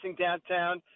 downtown